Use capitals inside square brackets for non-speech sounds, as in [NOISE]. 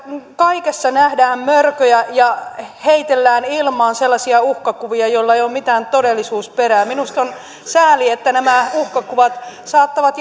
kaikessa nähdään mörköjä ja heitellään ilmaan sellaisia uhkakuvia joilla ei ole mitään todellisuusperää minusta on sääli että nämä uhkakuvat saattavat [UNINTELLIGIBLE]